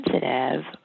sensitive